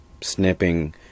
snipping